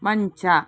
ಮಂಚ